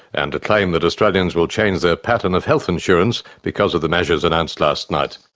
and a claim that australians will change their pattern of health insurance because of the measures announced last night.